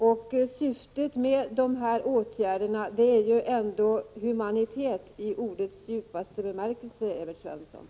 Och syftet med de aktuella åtgärderna är ändå humanitet i ordets djupaste bemärkelse, Evert Svensson.